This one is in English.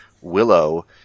Willow